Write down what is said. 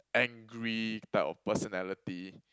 angry type of personality